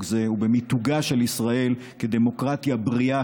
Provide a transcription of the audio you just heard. זה ובמיתוגה של ישראל כדמוקרטיה בריאה,